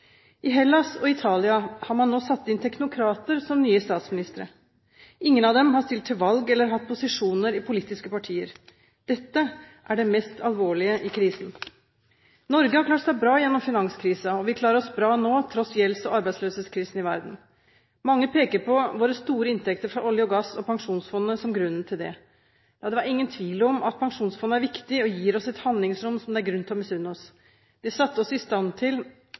I Hellas og Italia har man nå satt inn teknokrater som nye statsministre. Ingen av dem har stilt til valg eller hatt posisjoner i politiske partier. Dette er det mest alvorlige i krisen. Norge har klart seg bra gjennom finanskrisen, og vi klarer oss bra nå tross gjelds- og arbeidsløshetskrisen i verden. Mange peker på våre store inntekter fra olje og gass og pensjonsfondet som grunnen til dette. La det ikke være noen tvil om at pensjonsfondet er viktig og gir oss et handlingsrom som det er grunn til å misunne oss. Det satte oss i stand til